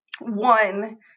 One